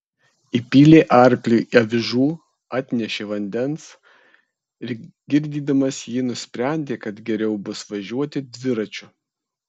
įpylė arkliui avižų atnešė vandens ir girdydamas jį nusprendė kad geriau bus važiuoti dviračiu